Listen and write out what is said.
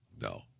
No